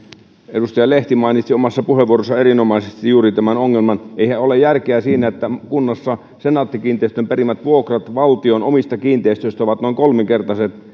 edustaja lehti mainitsi omassa puheenvuorossaan erinomaisesti juuri tämän ongelman eihän ole järkeä siinä että kunnassa senaatti kiinteistöjen perimät vuokrat valtion omista kiinteistöistä ovat noin kolminkertaiset